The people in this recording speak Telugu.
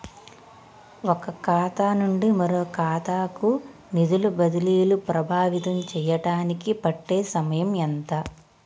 ఒక ఖాతా నుండి మరొక ఖాతా కు నిధులు బదిలీలు ప్రభావితం చేయటానికి పట్టే సమయం ఎంత?